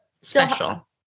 special